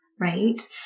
Right